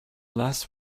last